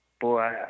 boy